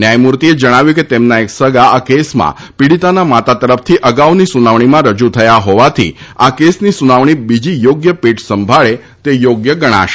ન્યાથમૂર્તિએ જણાવ્યું છે કે તેમના એક સગા આ કેસમાં પીડીતાના માતા તરફથી સુનાવણીમાં રજૂ થયા હોવાથી આ કેસની સુનાવણી બીજી યોગ્ય પીઠ સંભાળે તે યોગ્ય ગણાશે